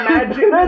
Magic